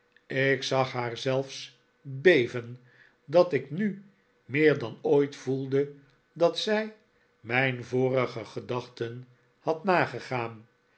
ik zag haar zelfs beven dat ik nu meer dan ooit voelde dat zij mijn vorige gedachten had nagegaan